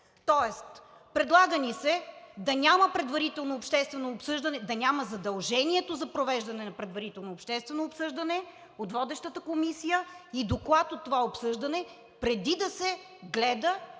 Тоест предлага ни се да няма предварително обществено обсъждане, да няма задължението за провеждане на предварително обсъждане от водещата комисия и доклад от това обсъждане преди да се гледа